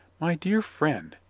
my dear friend,